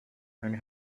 and